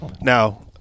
now